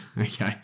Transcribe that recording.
Okay